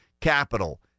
capital